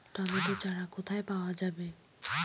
Tomato চারা কোথায় পাওয়া যাবে?